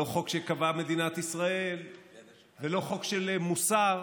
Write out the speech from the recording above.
לא חוק שקבעה מדינת ישראל ולא חוק של מוסר